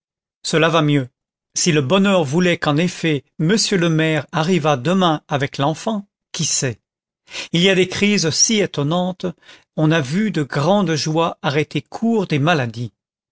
cela va mieux si le bonheur voulait qu'en effet monsieur le maire arrivât demain avec l'enfant qui sait il y a des crises si étonnantes on a vu de grandes joies arrêter court des maladies